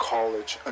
College